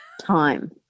time